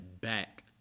back